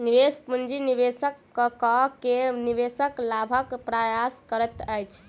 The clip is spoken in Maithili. निवेश पूंजी निवेश कअ के निवेशक लाभक प्रयास करैत अछि